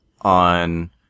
on